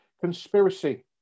conspiracy